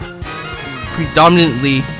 predominantly